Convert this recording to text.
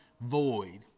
void